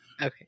Okay